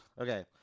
Okay